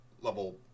level